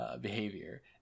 behavior